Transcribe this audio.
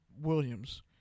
Williams